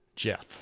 Jeff